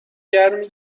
گرمی